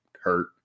hurt